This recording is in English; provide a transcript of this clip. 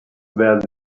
where